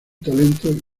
talento